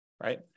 right